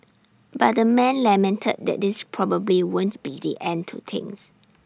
but the man lamented that this probably won't be the end to things